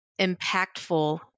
impactful